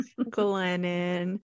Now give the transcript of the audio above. Glennon